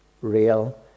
real